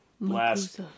last